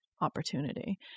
opportunity